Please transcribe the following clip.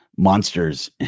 monsters